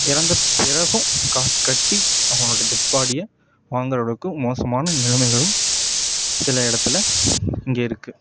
இறந்த பிறகும் காசு கட்டி அவர்களுடைய டெட்பாடியை வாங்கறளவுக்கு மோசமான நிலமைகளும் சில இடத்துல இங்கே இருக்குது